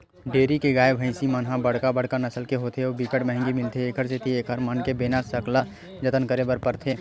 dairy के गाय, भइसी मन ह बड़का बड़का नसल के होथे अउ बिकट महंगी मिलथे, एखर सेती एकर मन के बने सकला जतन करे ल परथे